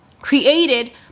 Created